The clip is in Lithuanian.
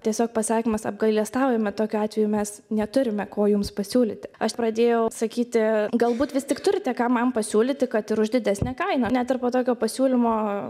tiesiog pasakymas apgailestaujame tokiu atveju mes neturime ko jums pasiūlyti aš pradėjau sakyti galbūt vis tik turite ką man pasiūlyti kad ir už didesnę kainą net ir po tokio pasiūlymo